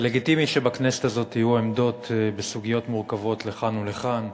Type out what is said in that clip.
זה לגיטימי שבכנסת הזאת יהיו עמדות בסוגיות מורכבות לכאן ולכאן,